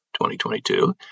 2022